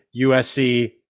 USC